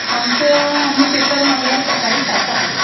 आमकां आमी पेपर मागला सकाळीं सातांक